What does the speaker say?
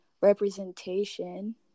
representation